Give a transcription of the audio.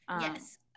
Yes